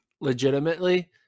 legitimately